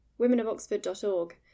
womenofoxford.org